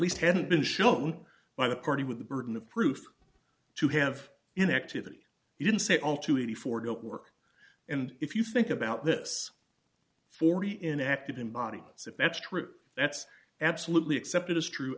least hadn't been shown by the party with the burden of proof to have an activity he didn't say all to eighty four didn't work and if you think about this forty inactive embody that's if that's true that's absolutely accepted as true